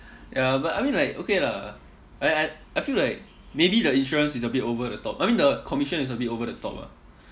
ya but I mean like okay lah like I I feel like maybe the insurance is a bit over the top I mean the commission is a bit over the top ah